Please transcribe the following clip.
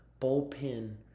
bullpen